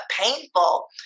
painful